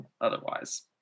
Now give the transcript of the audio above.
otherwise